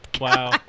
Wow